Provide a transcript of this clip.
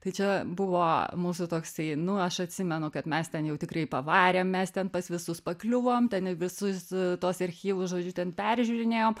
tai čia buvo mūsų toksai nu aš atsimenu kad mes ten jau tikrai pavarėm mes ten pas visus pakliuvom ten į visus tuos archyvus žodžiu ten peržiūrinėjom